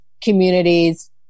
communities